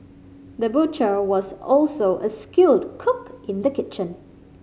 the butcher was also a skilled cook in the kitchen